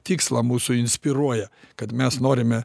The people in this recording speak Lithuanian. tikslą mūsų inspiruoja kad mes norime